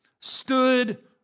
stood